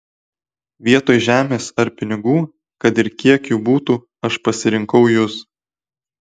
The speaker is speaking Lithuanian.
vietoj žemės ar pinigų kad ir kiek jų būtų aš pasirinkau jus